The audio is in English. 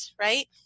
right